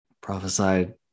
prophesied